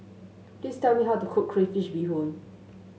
please tell me how to cook Crayfish Beehoon